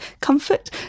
comfort